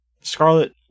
Scarlet